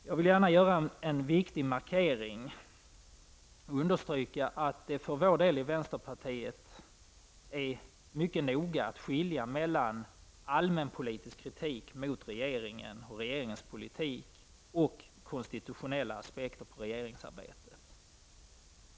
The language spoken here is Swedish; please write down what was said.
Jag vill gärna göra en viktigt markering och understryka att det för vänsterpartiets del är mycket noga att skilja mellan allmänpolitisk kritik mot regeringen och regeringens politik och konstitutionella aspekter på regeringsarbetet.